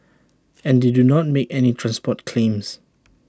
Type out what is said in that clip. and they do not make any transport claims